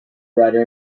rider